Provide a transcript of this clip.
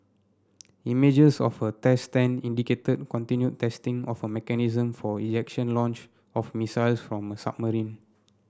images of a test stand indicated continued testing of a mechanism for ejection launch of missiles from a submarine